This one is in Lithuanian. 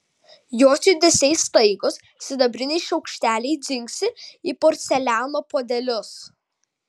jos judesiai staigūs sidabriniai šaukšteliai dzingsi į porceliano puodelius